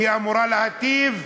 היא אמורה להיטיב,